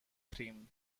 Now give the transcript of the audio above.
cream